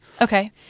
okay